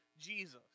Jesus